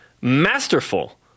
masterful